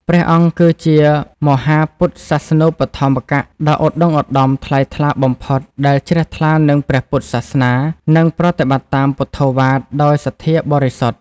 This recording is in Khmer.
ព្រះអង្គគឺជាមហាពុទ្ធសាសនូបត្ថម្ភកៈដ៏ឧត្ដុង្គឧត្ដមថ្លៃថ្លាបំផុត ដែលជ្រះថ្លានឹងព្រះពុទ្ធសាសនា និងប្រតិបត្តិតាមពុទ្ធោវាទដោយសន្ធាបរិសុទ្ធ។